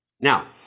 Now